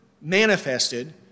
manifested